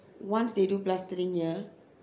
once they do plastering ya